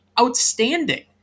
outstanding